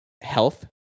health